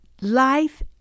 Life